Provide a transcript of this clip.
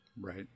Right